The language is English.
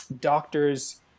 doctors